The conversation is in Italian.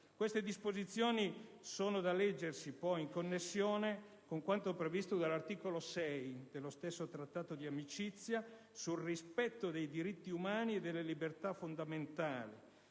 Queste disposizioni sono da leggersi in connessione con quanto previsto dall'articolo 6 dello stesso Trattato di amicizia sul rispetto dei diritti umani e delle libertà fondamentali,